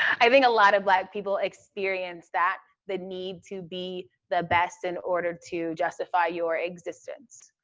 i think a lot of black people experience that the need to be the best in order to justify your existence,